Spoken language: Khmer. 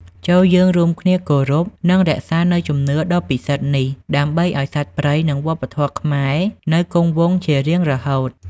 ចូរយើងរួមគ្នាគោរព និងរក្សានូវជំនឿដ៏ពិសិដ្ឋនេះ ដើម្បីឱ្យសត្វព្រៃ និងវប្បធម៌ខ្មែរនៅគង់វង្សជារៀងរហូត។